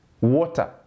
water